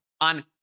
on